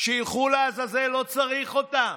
שילכו לעזאזל, לא צריך אותם.